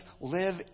live